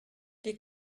des